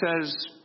says